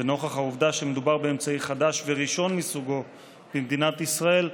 ונוכח העובדה שמדובר באמצעי חדש וראשון מסוגו במדינת ישראל,